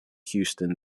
houston